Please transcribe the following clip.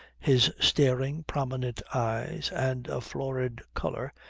his staring prominent eyes and a florid colour,